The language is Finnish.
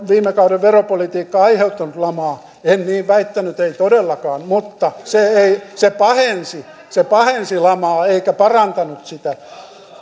viime kauden veropolitiikka aiheuttanut lamaa en niin väittänyt ei todellakaan mutta se pahensi se pahensi lamaa eikä parantanut sitä